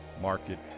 Market